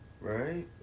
right